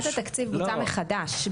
הקצאת התקציב בוצעה מחדש.